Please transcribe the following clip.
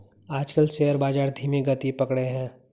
आजकल शेयर बाजार धीमी गति पकड़े हैं